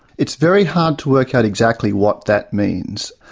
it's very hard to work out exactly what that means.